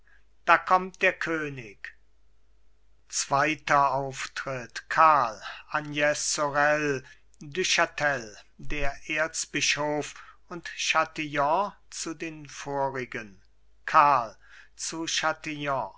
da kommt der könig zweiter auftritt karl agnes sorel du chatel der erzbischof und chatillon zu den vorigen karl zu